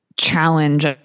challenge